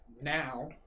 now